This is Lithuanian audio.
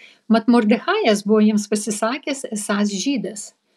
mat mordechajas buvo jiems pasisakęs esąs žydas